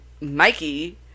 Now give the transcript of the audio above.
Mikey